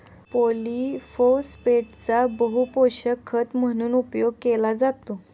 पॉलिफोस्फेटचा बहुपोषक खत म्हणून उपयोग केला जातो